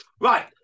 Right